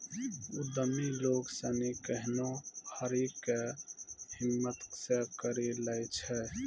उद्यमि लोग सनी केहनो भारी कै हिम्मत से करी लै छै